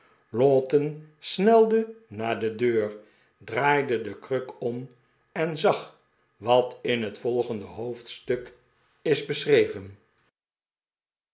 lowten snelde naar de deur draaide de kruk om en zag wat in het volgende hoofdstuk is beschreven